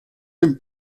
dem